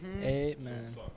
Amen